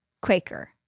Quaker